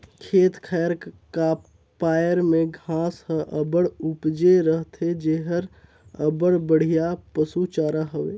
खेत खाएर का पाएर में घांस हर अब्बड़ उपजे रहथे जेहर अब्बड़ बड़िहा पसु चारा हवे